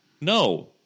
No